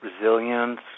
resilience